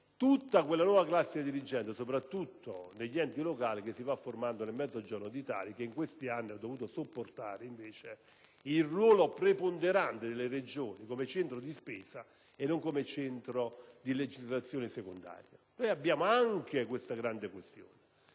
tutta quella nuova classe dirigente, soprattutto degli enti locali, che si va formando nel Mezzogiorno d'Italia e che in questi anni ha dovuto sopportare il ruolo preponderante delle Regioni come centro di spesa e non come centro di legislazione secondaria. Vi è anche la grande questione